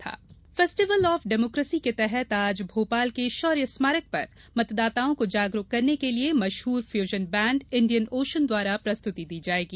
festival of democracy festival of democracy के तहत आज भोपाल के शौर्य स्मारक पर मतदाताओं को जागरूक करने के लिए मशहूर फ़यूजन बैंड इंडियन ओशियन द्वारा प्रस्तुति दी जायेगी